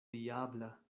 diabla